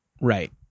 right